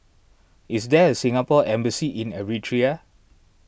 is there a Singapore Embassy in Eritrea